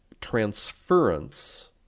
transference